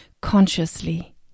consciously